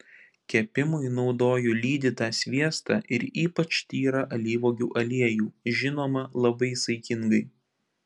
kepimui naudoju lydytą sviestą ir ypač tyrą alyvuogių aliejų žinoma labai saikingai